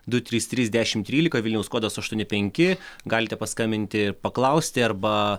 du trys trys dešimt trylika vilniaus kodas aštuoni penki galite paskambinti ir paklausti arba